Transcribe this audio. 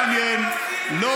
דמים פלסטיניים וישראליים על ידיך.